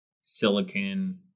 silicon